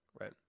right